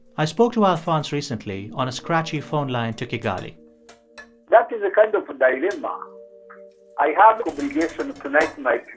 i spoke to alphonse recently on a scratchy phone line to kigali that is a kind of dilemma. i have an obligation to connect my